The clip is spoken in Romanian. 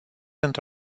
într